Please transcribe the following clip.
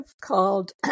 called